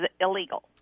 illegal